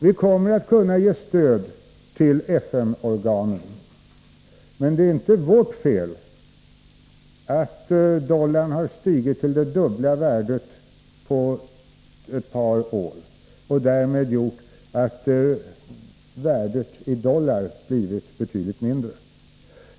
Vi kommer att kunna ge stöd till FN-organen, men det är inte vårt fel att dollarn har stigit till det dubbla värdet på ett par år och därmed gjort att värdet i dollar blivit betydligt mindre.